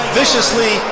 viciously